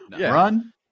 Run